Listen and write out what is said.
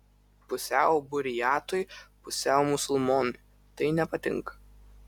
pusiau buriatui pusiau musulmonui tai nepatinka